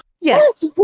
Yes